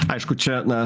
aišku čia na